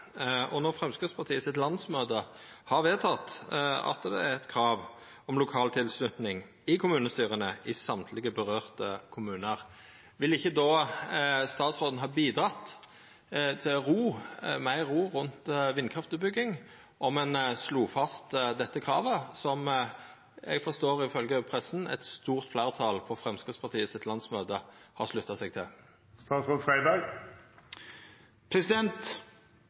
konsesjonssaker. Når Framstegspartiets landsmøte har vedteke at det er eit krav om lokal tilslutning i kommunestyra i alle dei kommunane det gjeld, ville ikkje då statsråden ha bidrege til meir ro rundt vindkraftutbygging om ein slo fast dette kravet, som eg forstår, ifølgje pressa, at eit stort fleirtal på Framstegspartiets landsmøte har slutta seg til?